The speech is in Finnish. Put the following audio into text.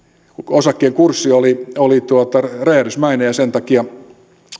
osakkeen kurssi oli oli räjähdysmäinen ja sen takia